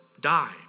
die